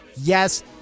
Yes